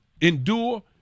endure